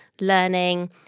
learning